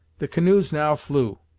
the canoes now flew,